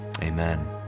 Amen